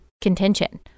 contention